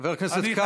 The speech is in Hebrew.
חבר הכנסת קארה.